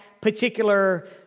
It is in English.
particular